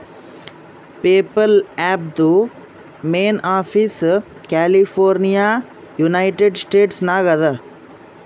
PayPal ಆ್ಯಪ್ದು main office California United States ನಾಗ್ ಅದಾ